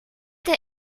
der